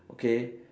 okay